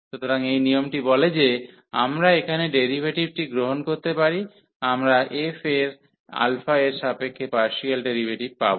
সুতরাং এই নিয়মটি বলে যে আমরা এখানে ডেরিভেটিভটি গ্রহণ করতে পারি আমরা f এর α এর সাপেক্ষে পার্সিয়াল ডেরিভেটিভ পাব